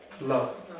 love